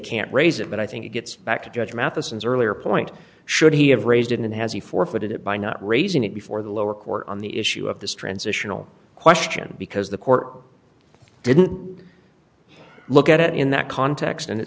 can't raise it but i think it gets back to judge matheson's earlier point should he have raised and has he forfeited it by not raising it before the lower court on the issue of this transitional question because the court didn't look at it in that context and it